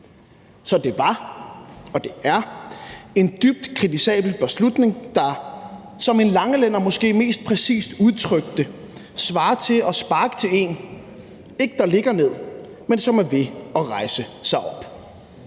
Så det var og er en dybt kritisabel beslutning. Det ville, som en langelænder nok mest præcist udtrykte det, ikke svare til at sparke til en, der ligger ned, men til en, som er ved at rejse sig op.